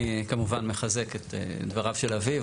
אני כמובן מחזק את דבריו של אביב.